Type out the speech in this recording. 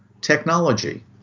technology